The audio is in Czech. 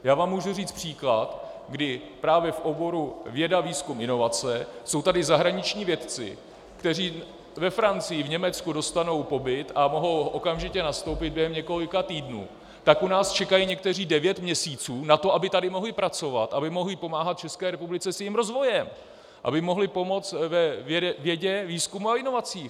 Můžu vám říct příklad, kdy právě v oboru věda, výzkum a inovace jsou tady zahraniční vědci, kteří ve Francii, v Německu dostanou pobyt a mohou okamžitě nastoupit během několika týdnů, tak u nás čekají někteří devět měsíců na to, aby tady mohli pracovat, aby mohli pomáhat České republice s jejím rozvojem, aby mohli pomoct ve vědě, výzkumu a inovacích.